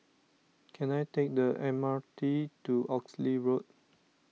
can I take the M R T to Oxley Road